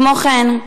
כמו כן,